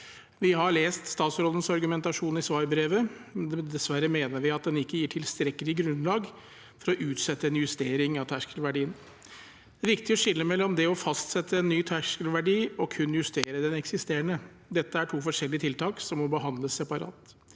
Vi har lest statsrådens argumentasjon i svar brevet. Dessverre mener vi at den ikke gir tilstrekkelig grunnlag for å utsette en justering av terskelverdien. Det er viktig å skille mellom å fastsette ny terskelverdi og kun å justere den eksisterende. Dette er to forskjellige tiltak som må behandles separat.